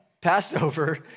Passover